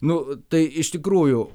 nu tai iš tikrųjų